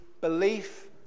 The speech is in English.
belief